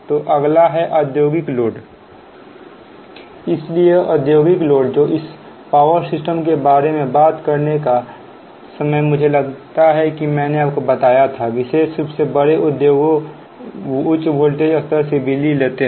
तो अगला है औद्योगिक लोड इसलिए औद्योगिक लोड जिसे इस पावर सिस्टम के बारे में बात करने का समय मुझे लगता है कि मैंने आपको बताया था विशेष रूप से बड़े उद्योगों उच्च वोल्टेज स्तर से बिजली लेते है